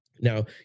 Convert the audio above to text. Now